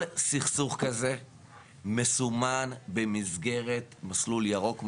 כל סכסוך כזה מסומן במסגרת ׳מסלול ירוק׳.